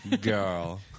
girl